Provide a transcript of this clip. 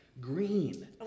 Green